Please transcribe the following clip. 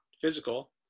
physical